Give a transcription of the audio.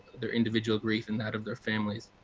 their individual grief and that of their families.